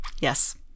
yes